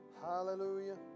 Hallelujah